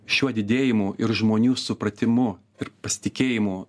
šiuo didėjimu ir žmonių supratimu ir pasitikėjimu